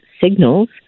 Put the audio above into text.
signals